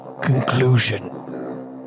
conclusion